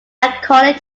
according